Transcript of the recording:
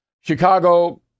Chicago